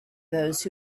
those